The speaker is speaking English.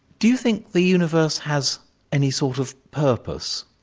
do you think the universe has any sort of purpose?